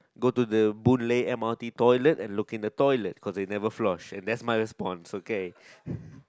go to the Boon Lay m_r_t toilet and looking the toilet cause they never flush and that's my response okay